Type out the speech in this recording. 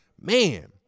man